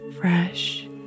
fresh